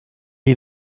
est